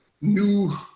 new